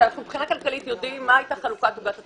אבל מבחינה כלכלית אנחנו יודעים מה היתה חלוקת עוגת התקציב.